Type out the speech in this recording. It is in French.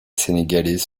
sénégalais